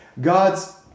God's